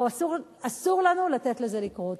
אסור לנו לתת לזה לקרות.